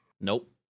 Nope